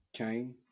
Okay